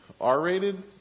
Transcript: R-rated